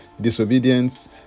disobedience